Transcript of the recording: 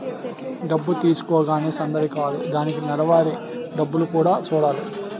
డబ్బు తీసుకోగానే సందడి కాదు దానికి నెలవారీ డబ్బులు కూడా సూడాలి